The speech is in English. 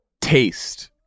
taste